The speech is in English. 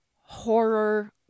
horror